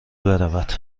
برود